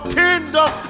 kingdom